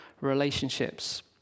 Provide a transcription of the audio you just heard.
relationships